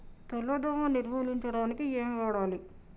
తెల్ల దోమ నిర్ములించడానికి ఏం వాడాలి?